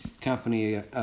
company